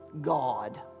God